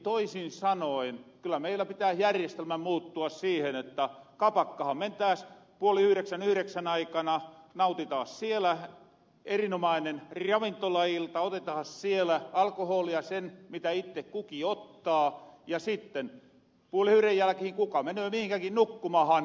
toisin sanoen kyllä meillä pitääs järjestelmän muuttua niin että kapakkahan mentääs puoli yhreksän yhreksän aikaan nautittaas siellä erinomainen ravintolailta otettaas siellä alkohoolia se mitä itte kukin ottaa ja sitten puoli yhren jälkehen lährettäis kuka menöö mihinkäkin nukkumahan